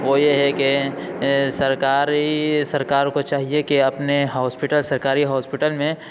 وہ یہ ہے کہ سرکاری سرکار کو چاہیے کہ اپنے ہاسپیٹل سرکاری ہاسپیٹل میں